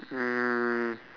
um